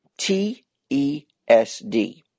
TESD